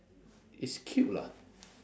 it's cute lah